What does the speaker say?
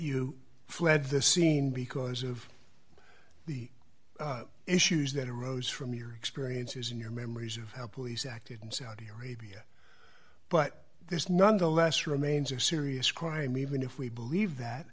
you fled the scene because of the issues that arose from your experiences in your memories of how police acted in saudi arabia but this nonetheless remains a serious crime even if we believe that